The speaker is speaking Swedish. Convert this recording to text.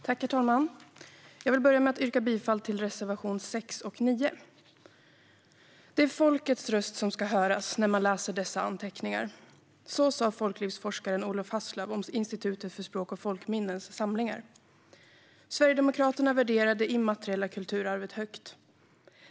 Herr talman! Jag vill börja med att yrka bifall till reservationerna 5 och 9. Det är folkets röst som ska höras, när man läser dessa anteckningar - så sa folklivsforskaren Olof Hasslöf om Institutet för språk och folkminnens samlingar. Sverigedemokraterna värderar det immateriella kulturarvet högt.